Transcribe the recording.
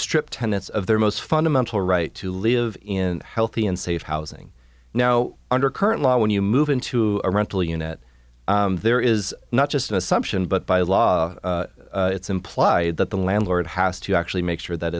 strip tenants of their most fundamental right to live in healthy and safe housing now under current law when you move into a rental unit there is not just an assumption but by law it's implied that the landlord has to actually make sure that